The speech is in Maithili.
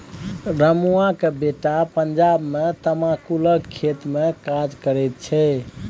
रमुआक बेटा पंजाब मे तमाकुलक खेतमे काज करैत छै